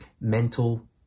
mental